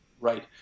Right